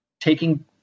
taking